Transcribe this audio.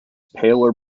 paler